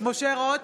משה רוט,